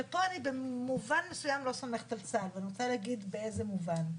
שפה אני במובן מסוים לא סומכת על צה"ל ואני רוצה להגיד באיזה מובן.